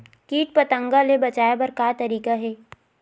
कीट पंतगा ले बचाय बर का तरीका हे?